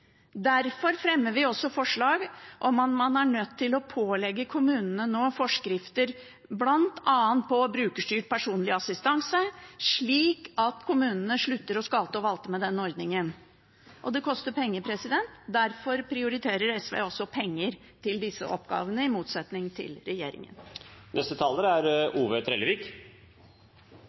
Derfor fremmer vi forslag om at man nå er nødt til å pålegge kommunene forskrifter, bl.a. på brukerstyrt personlig assistanse, slik at kommunene slutter å skalte og valte med den ordningen. Det koster penger, og derfor prioriterer SV penger til disse oppgavene – i motsetning til regjeringen.